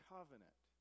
Covenant